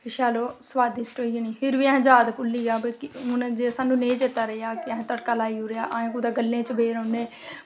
ते स्वादिष्ट होई जानी ते फिर बी असेंगी याद भुल्ली गेआ कि जे सानूं नेईं चेता रेहा कि तड़का अस कुदै गल्लें च बेही रौह्ने